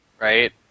right